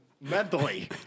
Mentally